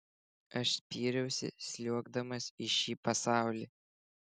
aš spyriausi sliuogdamas į šį pasaulį